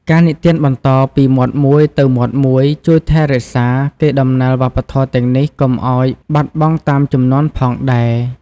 ការនិទានបន្តពីមាត់មួយទៅមាត់មួយ ជួយថែរក្សាកេរដំណែលវប្បធម៌ទាំងនេះ កុំឲ្យបាត់បង់តាមជំនាន់ផងដែរ ។